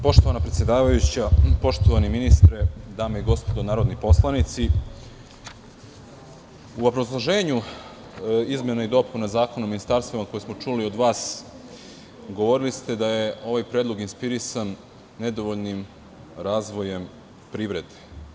Poštovana predsedavajuća, poštovani ministre, dame i gospodo narodni poslanici, u obrazloženju izmena i dopuna Zakona o ministarstvima koje smo čuli od vas, govorili ste da je ovaj predlog inspirisan nedovoljnim razvojem privrede.